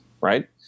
right